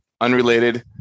unrelated